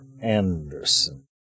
Anderson